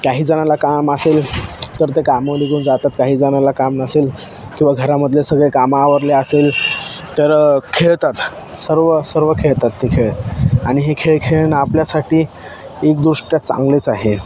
काही जणांना काम असेल तर ते कामावर निघून जातात काही जणांना काम नसेल किंवा घरामधले सगळे कामं आवरले असेल तर खेळतात सर्व सर्व खेळतात ते खेळ आणि हे खेळ खेळणं आपल्यासाठी एकदृष्ट्या चांगलेच आहे